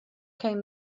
came